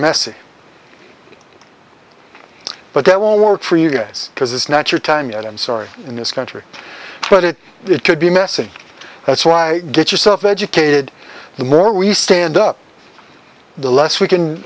messy but that won't work for us because it's not your time yet i'm sorry in this country but it it could be a message that's why get yourself educated the more we stand up the less we can